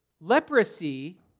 leprosy